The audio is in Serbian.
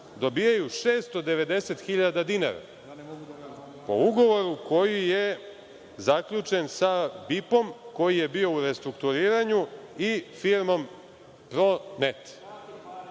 dobijaju 690 hiljada dinara po ugovoru koji je zaključen sa „BIP“, koji je bio u restrukturiranju, i firmom